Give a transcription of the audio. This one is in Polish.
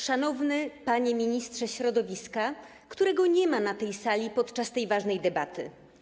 Szanowny Panie Ministrze Środowiska, którego nie ma na tej sali podczas tej ważnej debaty!